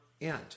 end